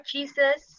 Jesus